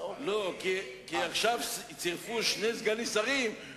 השר בוגי יעלון, בהצלחה.